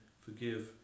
forgive